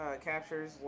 captures